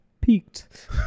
peaked